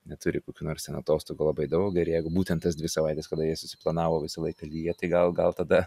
neturi kokių nors ten atostogų labai daug ir jeigu būtent tas dvi savaites kada jie susiplanavo visą laiką lyja tai gal gal tada